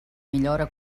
millora